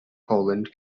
poland